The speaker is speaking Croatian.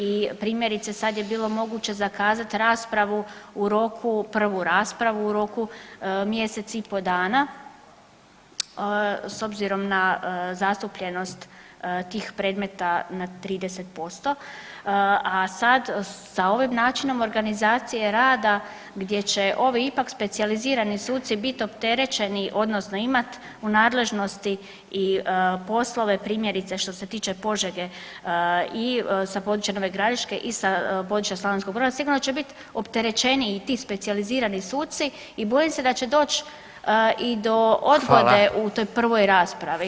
I primjerice sad je bilo moguće zakazat raspravu u roku, prvu raspravu u roku mjesec i po dana s obzirom na zastupljenost tih predmeta na 30%, a sad sa ovim načinom organizacije rada gdje će ovi ipak specijalizirani suci bit opterećeni odnosno imat u nadležnosti i poslove primjerice što se tiče Požege i sa područja Nove Gradiške i sa područja Slavonskog Broda sigurno će bit opterećeniji ti specijalizirani suci i bojim se da će doć i do odgode u toj prvoj raspravi.